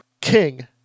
King